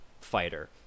fighter